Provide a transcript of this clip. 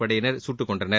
படையினர் சுட்டுக்கொன்றனர்